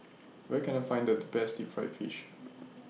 Where Can I Find The Best Deep Fried Fish